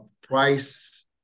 price